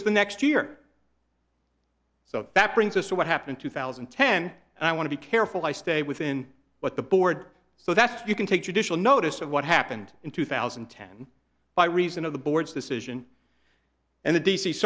was the next year so that brings us to what happened two thousand and ten and i want to be careful i stay within what the board so that you can take judicial notice of what happened in two thousand and ten by reason of the board's decision and the d